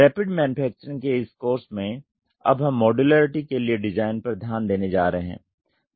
rapid manufacturing के इस course में अब हम मॉड्युलैरिटी के लिए डिज़ाइन पर ध्यान देने जा रहे हैं